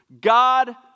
God